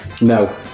no